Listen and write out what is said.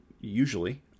Usually